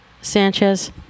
Sanchez